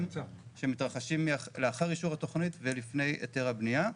שמתרחשים לאחר אישור התכנית ולפני היתר הבנייה.